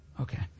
Okay